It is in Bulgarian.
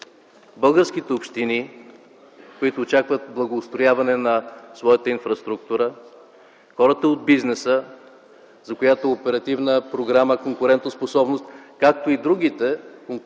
българските общини, които очакват благоустрояване на своята инфраструктура, хората от бизнеса, за които оперативна програма „Конкурентоспособност” и другите инфраструктурни